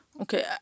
Okay